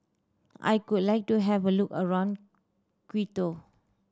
I would like to have a look around Quito